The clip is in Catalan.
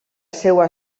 seva